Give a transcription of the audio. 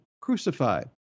crucified